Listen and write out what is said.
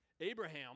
Abraham